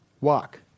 walk